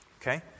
Okay